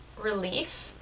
relief